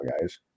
guys